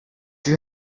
you